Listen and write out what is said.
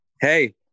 hey